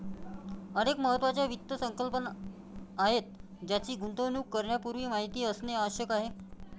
अनेक महत्त्वाच्या वित्त संकल्पना आहेत ज्यांची गुंतवणूक करण्यापूर्वी माहिती असणे आवश्यक आहे